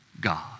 God